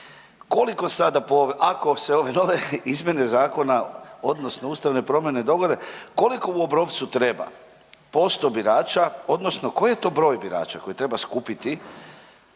Koliko sada, ako se ove nove izmjene zakona, odnosno ustavne promjene dogode koliko u Obrovcu treba posto birača, odnosno koji je to broj birača koji treba skupiti